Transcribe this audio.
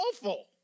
Awful